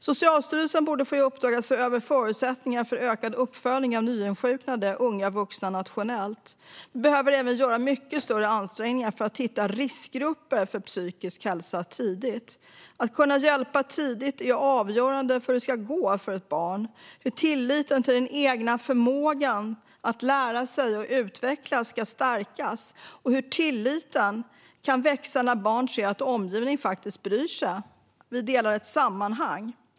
Socialstyrelsen borde få i uppdrag att se över förutsättningarna för ökad uppföljning av nyinsjuknade unga vuxna nationellt. Vi behöver även göra mycket större ansträngningar för att hitta riskgrupper för psykisk ohälsa tidigt. Att kunna hjälpa tidigt är avgörande för hur det ska gå för ett barn, hur tilliten till den egna förmågan att lära sig och utvecklas stärks och hur tilliten kan växa när barn ser att omgivningen faktiskt bryr sig - att vi delar ett sammanhang.